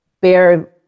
bear